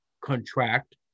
contract